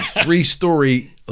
three-story